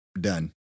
Done